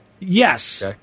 Yes